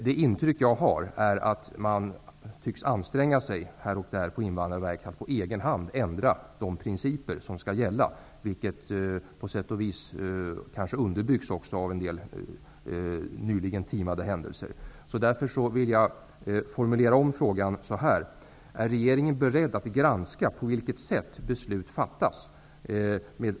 Det intryck jag har är att man här och där på Invandrarverket tycks anstränga sig för att ändra på de principer som skall gälla, något som bekräftas av en del nyligen timade händelser. Jag vill därför formulera om min fråga: Är man i regeringen beredd att granska på vilket sätt beslut fattas?